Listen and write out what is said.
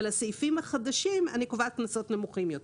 ולסעיפים החדשים אני קובעת קנסות נמוכים יותר.